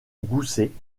gousset